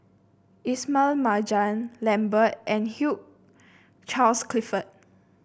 Ismail Marjan Lambert and Hugh Charles Clifford